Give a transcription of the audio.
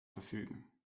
verfügen